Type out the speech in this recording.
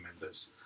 members